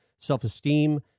self-esteem